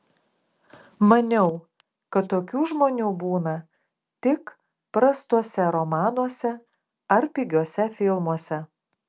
maniau kad tokių žmonių būna tik prastuose romanuose ar pigiuose filmuose